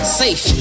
safe